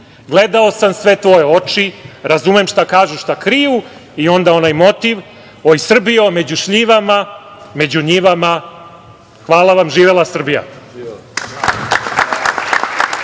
gledao sam sve tvoje oči, razumem šta kažu, šta kriju, i onda onaj motiv – oj, Srbijo među šljivama, među njivama. Hvala vam, živela Srbija.